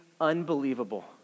unbelievable